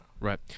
Right